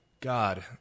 God